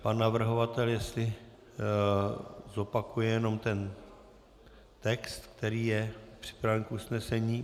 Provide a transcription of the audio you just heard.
Pan navrhovatel, jestli zopakuje jenom ten text, který je připraven k usnesení.